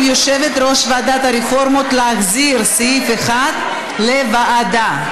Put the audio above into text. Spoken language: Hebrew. יושבת-ראש ועדת הרפורמות להחזיר את סעיף 1 לוועדה.